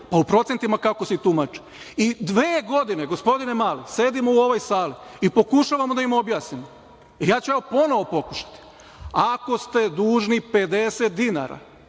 U procentima kako se tumači i dve godine gospodine Mali, sedimo u ovoj sali i pokušavamo da im objasnimo, ja ću evo ponovo pokušati, ako ste dužni 50 dinara,